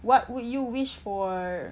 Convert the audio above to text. what would you wish for